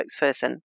spokesperson